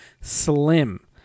slim